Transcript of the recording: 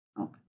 Okay